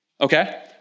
Okay